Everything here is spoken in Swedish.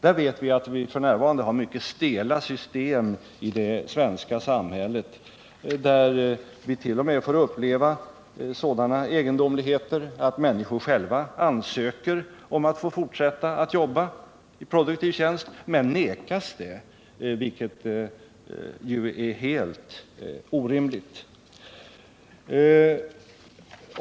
Vi vet att vi f. n. har mycket stela system i det svenska samhället, och vi får t.o.m. uppleva sådana egendomligheter som att människor själva ansöker om att få fortsätta att jobba i produktiv tjänst men vägras detta, vilket ju är helt orimligt.